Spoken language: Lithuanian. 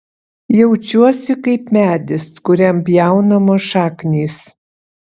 jaučiuosi kaip medis kuriam pjaunamos šaknys